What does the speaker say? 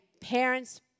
parents